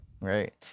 right